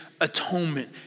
atonement